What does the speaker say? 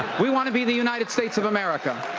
we want to be the united states of america.